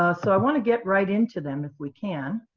ah so i want to get right into them, if we can.